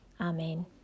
Amen